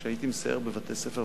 כשאני מסייר בבתי-הספר,